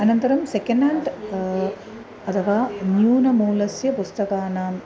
अनन्तरं second hand अथवा न्यूनमूल्यस्य पुस्तकानाम्